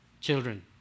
Children